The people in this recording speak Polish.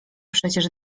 przecież